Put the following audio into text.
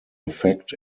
effect